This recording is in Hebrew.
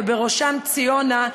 ובראשן ציונה,